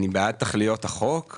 אני בעד תכליות החוק.